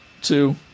two